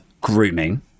grooming